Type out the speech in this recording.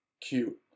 cute